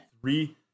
three